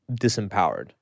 disempowered